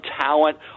talent